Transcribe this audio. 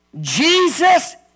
Jesus